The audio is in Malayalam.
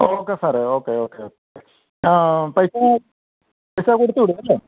ഓക്കെ സാറെ ഓക്കെ ഓക്കെ ഓക്കെ പൈസാ പൈസാ കൊടുത്തുവിടും അല്ലേ